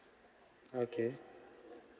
okay